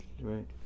Right